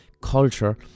culture